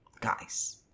Guys